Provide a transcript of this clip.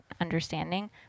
understanding